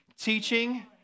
teaching